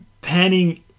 panning